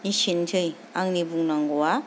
एसेनोसै आंनि बुंनांगौआ